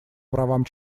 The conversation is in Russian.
правам